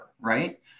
right